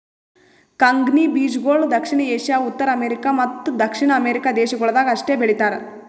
ಕಂಗ್ನಿ ಬೀಜಗೊಳ್ ದಕ್ಷಿಣ ಏಷ್ಯಾ, ಉತ್ತರ ಅಮೇರಿಕ ಮತ್ತ ದಕ್ಷಿಣ ಅಮೆರಿಕ ದೇಶಗೊಳ್ದಾಗ್ ಅಷ್ಟೆ ಬೆಳೀತಾರ